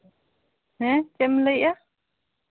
ᱦᱮᱸ ᱪᱮᱫ ᱮᱢ ᱞᱟᱹᱭ ᱮᱫᱼᱟ